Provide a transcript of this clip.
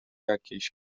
jakiejś